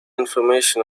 information